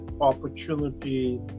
opportunity